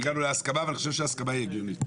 הגענו להסכמה ואני חושב שההסכמה היא הגיונית.